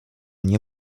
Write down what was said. nie